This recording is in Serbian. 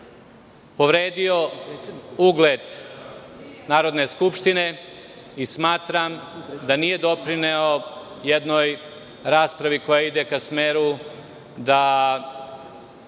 povredio ugled Narodne skupštine i smatram da nije doprineo jednoj raspravi koja ide ka smeru da